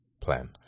plan